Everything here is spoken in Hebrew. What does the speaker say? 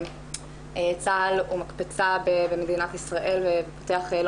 צה"ל הוא מקפצה במדינת ישראל ופותח לא